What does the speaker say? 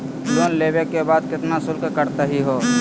Loan लेवे के बाद केतना शुल्क कटतही हो?